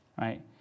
right